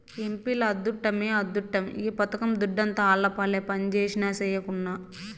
ఎంపీల అద్దుట్టమే అద్దుట్టం ఈ పథకం దుడ్డంతా ఆళ్లపాలే పంజేసినా, సెయ్యకున్నా